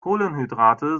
kohlenhydrate